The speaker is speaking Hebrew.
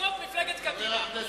זו מפלגת קדימה.